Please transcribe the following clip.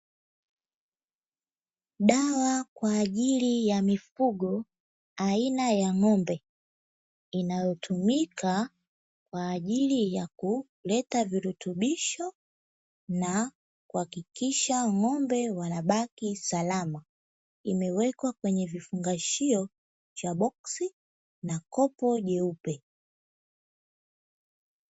Dawa kwa ajili ya mifugo aina ya ng'ombe, inayotumika kwa ajili ya kuleta virutubisho na kuhakikisha ng'ombe wanabaki salama, imewekwa kwenye vifungashio cha boksi na kopo jeupe.